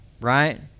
right